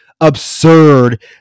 absurd